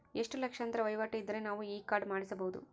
ಎಷ್ಟು ಲಕ್ಷಾಂತರ ವಹಿವಾಟು ಇದ್ದರೆ ನಾವು ಈ ಕಾರ್ಡ್ ಮಾಡಿಸಬಹುದು?